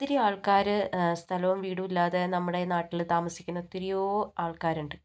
ഒത്തിരി ആൾക്കാര് സ്ഥലവും വീടും ഇല്ലാതെ നമ്മുടെ നാട്ടില് താമസിയ്ക്കണ ഒത്തിരിയോ ആൾക്കാരൊണ്ട്